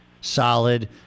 solid